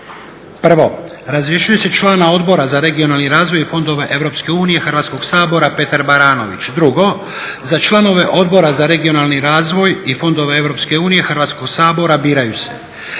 1. razrješuje se člana Odbora za regionalni razvoj i fondove EU Hrvatskog sabora Petar Baranović. 2. za članove Odbora za regionalni razvoj i fondove EU Hrvatskog sabora biraju se